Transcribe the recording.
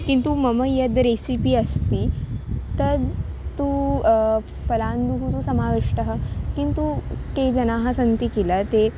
किन्तु मम यद् रेसिपि अस्ति तत्तु पलाण्डुः तु समाविष्टः किन्तु ते जनाः सन्ति किल ते